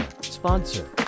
sponsor